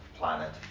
Planet